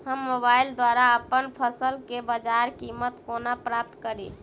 हम मोबाइल द्वारा अप्पन फसल केँ बजार कीमत कोना प्राप्त कड़ी?